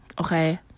Okay